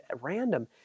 random